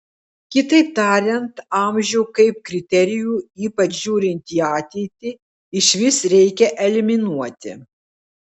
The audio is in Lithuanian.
kitaip tariant amžių kaip kriterijų ypač žiūrint į ateitį išvis reikia eliminuoti